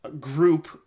group